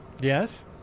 Yes